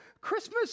Christmas